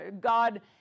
God